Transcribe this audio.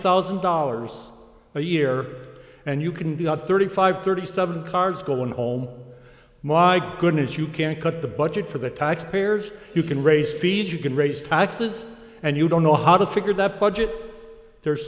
thousand dollars a year and you can do about thirty five thirty seven cars go on home my goodness you can't cut the budget for the taxpayers you can raise fees you can raise taxes and you don't know how to figure that budget there's